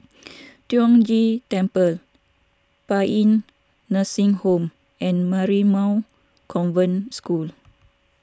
Tiong Ghee Temple Paean Nursing Home and Marymount Convent School